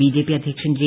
BJP അധ്യക്ഷൻ J